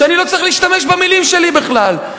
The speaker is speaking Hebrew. שאני לא צריך להשתמש במלים שלי בכלל.